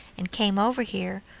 and came over here,